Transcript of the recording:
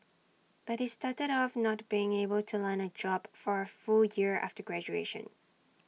but he started off not being able to land A job for A full year after graduation